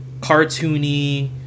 cartoony